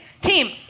Team